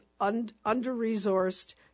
under-resourced